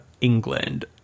england